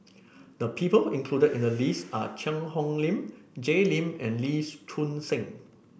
the people included in the list are Cheang Hong Lim Jay Lim and Lees Choon Seng